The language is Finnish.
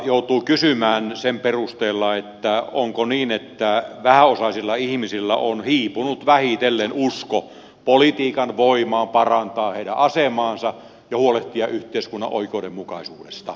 joutuu kysymään sen perusteella onko niin että vähäosaisilla ihmisillä on hiipunut vähitellen usko politiikan voimaan parantaa heidän asemaansa ja huolehtia yhteiskunnan oikeudenmukaisuudesta